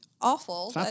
awful